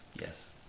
Yes